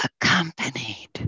accompanied